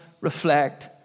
reflect